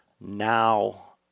Now